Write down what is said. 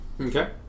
Okay